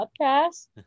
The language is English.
podcast